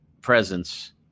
presence